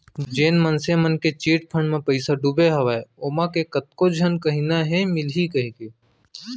जेन मनसे मन के चिटफंड म पइसा ह डुबे हवय ओमा के कतको झन कहिना हे मिलही कहिके